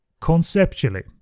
Conceptually